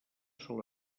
sol